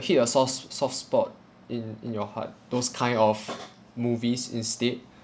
hit your soft soft spot in in your heart those kind of movies instead